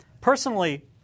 personally